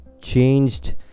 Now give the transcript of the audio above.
changed